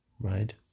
right